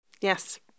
Yes